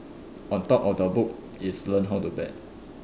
on top of the book is learn how to bet